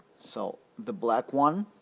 so the black one